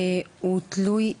הוא תלוי הזדהות.